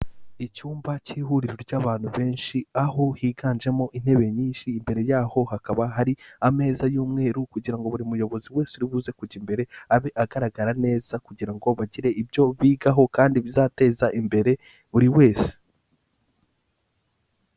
Icyumba cy'ihuriro ry'abantu benshi, aho higanjemo intebe nyinshi, imbere yaho hakaba hari ameza y'umweru kugira ngo buri muyobozi wese uribuze kujya imbere abe agaragara neza kugira ngo bagire ibyo bigaho kandi bizateza imbere buri wese.